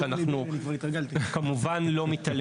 שאנחנו כמובן לא מתעלמים ממנה.